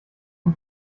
von